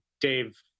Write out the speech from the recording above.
Dave